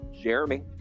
Jeremy